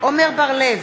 עמר בר-לב,